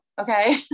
okay